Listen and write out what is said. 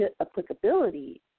applicability